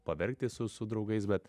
paverkti su su draugais bet